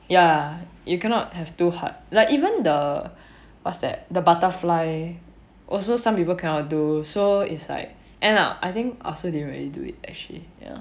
ya you cannot have too hard like even the what's that the butterfly also some people cannot do so is like end up I think also didn't really do it actually ya